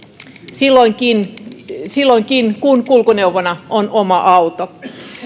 silloinkin silloinkin kun kulkuneuvona on oma auto